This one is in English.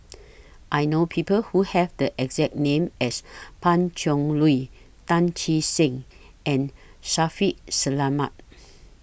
I know People Who Have The exact name as Pan Cheng Lui Tan Che Sang and Shaffiq Selamat